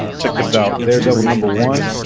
um check this out daredevil number one